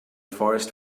forest